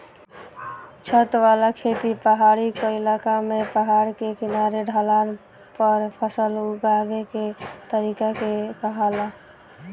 छत वाला खेती पहाड़ी क्इलाका में पहाड़ के किनारे ढलान पर फसल उगावे के तरीका के कहाला